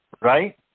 right